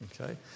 Okay